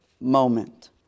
moment